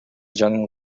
жанын